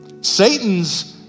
Satan's